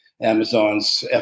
Amazon's